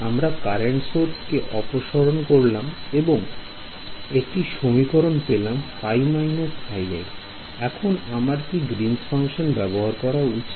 আমি current source কে অপসরণ করলাম এবং একটি সমীকরণ পেলাম I এখন আমার কি greens ফাংশন ব্যবহার করা উচিত